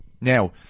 Now